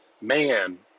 man